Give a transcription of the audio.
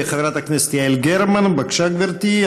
חברת הכנסת יעל גרמן, בבקשה, גברתי.